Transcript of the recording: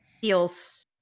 feels